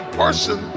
person